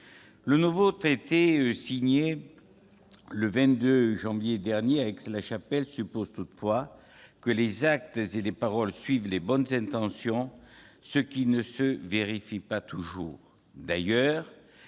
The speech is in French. Le nouveau traité signé le 22 janvier dernier à Aix-la-Chapelle suppose toutefois que les actes et les paroles suivent les bonnes intentions, ce qui ne se vérifie pas toujours.